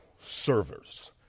servers